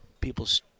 people's